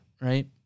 right